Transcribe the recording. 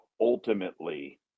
ultimately